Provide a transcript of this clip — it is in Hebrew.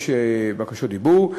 יש בקשות דיבור.